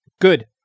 Good